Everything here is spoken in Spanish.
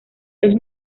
los